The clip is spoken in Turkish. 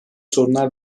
sorunlar